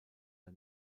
der